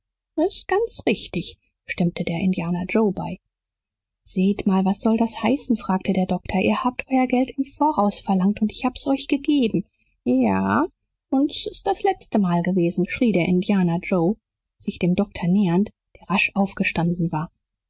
s ist ganz richtig stimmte der indianer joe bei seht mal was soll das heißen fragte der doktor ihr habt euer geld im voraus verlangt und ich hab's euch gegeben ja und s ist das letzte mal gewesen schrie der indianer joe sich dem doktor nähernd der rasch aufgestanden war